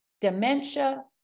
dementia